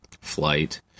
flight